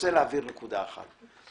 רוצה להבהיר נקודה אחת.